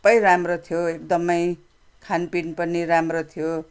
सबै राम्रो थियो एकदमै खानपिन पनि राम्रो थियो